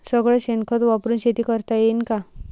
सगळं शेन खत वापरुन शेती करता येईन का?